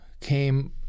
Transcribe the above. came